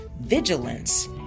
vigilance